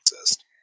exist